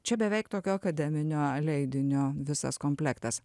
čia beveik tokio akademinio leidinio visas komplektas